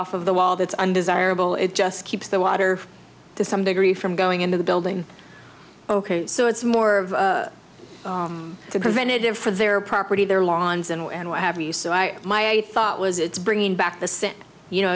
off of the wall that's undesirable it just keeps the water to some degree from going into the building ok so it's more of a preventive for their property their lawns and what have you so i my thought was it's bringing back the scent you know